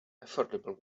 affordable